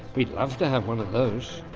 we'd love to have one of those.